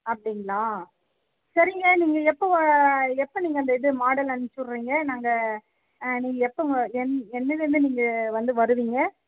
அப்டிங்களா சரிங்க நீங்கள் எப்போ வ எப்போ நீங்கள் இது மாடல் அனுப்பிச்சி விட்டுறீங்க நாங்கள் நீங்கள் எப்போ வ எந் என்னையில் இருந்து நீங்கள் வந்து வருவீங்க